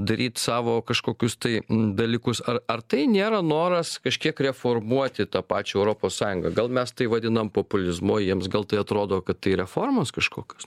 daryt savo kažkokius tai dalykus ar ar tai nėra noras kažkiek reformuoti tą pačią europos sąjungą gal mes tai vadinam populizmu o jiems gal tai atrodo kad tai reformos kažkokios